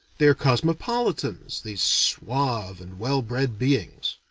they are cosmopolitans, these suave and well-bred beings.